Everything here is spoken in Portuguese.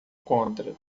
contra